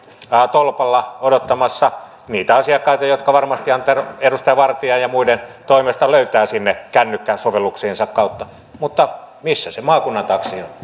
tolpalla odottamassa niitä asiakkaita jotka varmasti edustaja vartian ja muiden toimesta löytävat sinne kännykkäsovelluksiensa kautta mutta missä se maakunnan taksi on